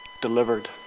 delivered